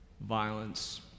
violence